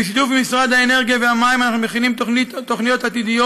בשיתוף משרד האנרגיה והמים אנחנו מכינים תוכניות עתידיות